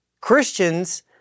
Christians